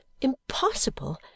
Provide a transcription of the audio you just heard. impossible